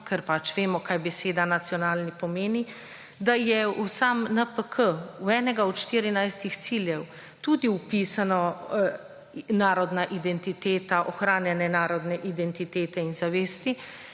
ker pač vemo, kaj beseda nacionalni pomeni, da je v sam NPK, v enega od štirinajstih ciljev, tudi vpisano narodna identiteta, ohranjanje narodne identitete in zavesti